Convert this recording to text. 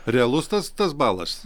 realus tas tas balas